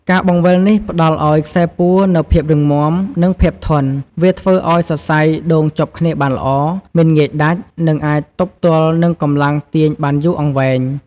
ការបង្វិលនេះផ្តល់ឱ្យខ្សែពួរនូវភាពរឹងមាំ និងភាពធន់ វាធ្វើឲ្យសរសៃដូងជាប់គ្នាបានល្អ មិនងាយដាច់ និងអាចទប់ទល់នឹងកម្លាំងទាញបានយូរអង្វែង។។